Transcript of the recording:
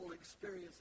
experience